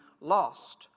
lost